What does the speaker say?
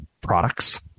products